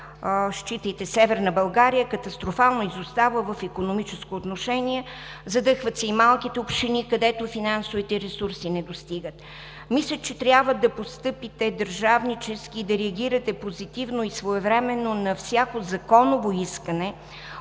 считайте Северна България, катастрофално изостава в икономическо отношение, задъхват се и малките общини, където финансовите ресурси не достигат. Мисля, че трябва да постъпите държавнически и да реагирате позитивно и своевременно на всяко законово искане